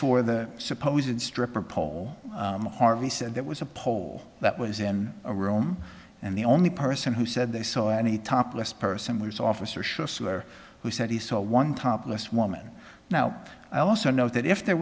for the supposed stripper pole harvey said there was a poll that was in a room and the only person who said they saw any topless person was officer shifts where who said he saw one topless woman now i'll also note that if there